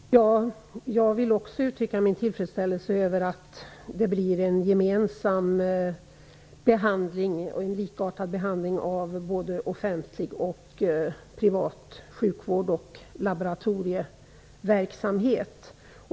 Fru talman! Jag vill också uttrycka min tillfredsställelse över att det blir en gemensam och likartad behandling av både offentlig och privat sjukvård samt av laboratorieverksamhet.